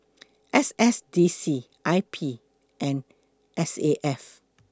S S D C I P and S A F